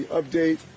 update